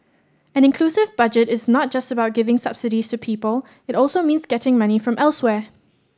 an inclusive Budget is not just about giving subsidies to people it also means getting money from elsewhere